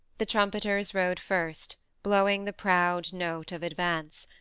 the trumpeters rode first, blowing the proud note of advance,